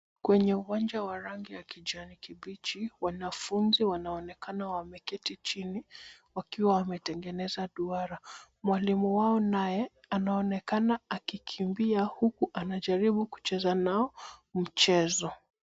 Kwenye uwanja wa rangi ya kijani kibichi wanafunzi wanaonekana wameketi chini wakiwa wametengeneza duara. Mwalimu wao naye anaonekana akikimbia huku anajaribu kucheza nao mchezo.